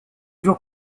jours